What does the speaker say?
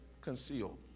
concealed